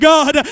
God